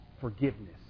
forgiveness